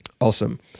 Awesome